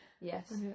Yes